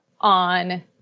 on